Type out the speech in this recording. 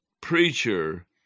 preacher